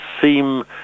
seem